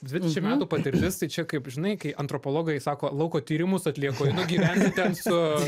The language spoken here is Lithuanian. dvidešimt metų patirtis tai čia kaip žinai kai antropologai sako lauko tyrimus atlieku einu gyventi ten su